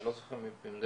אני לא זוכר במדוייק,